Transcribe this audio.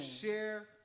share